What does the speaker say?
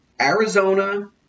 Arizona